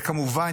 וכמובן,